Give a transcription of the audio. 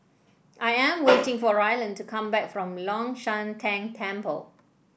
I am waiting for Ryland to come back from Long Shan Tang Temple